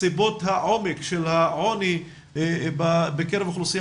סיבות העומק של העוני בקרב האוכלוסייה